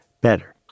better